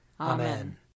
Amen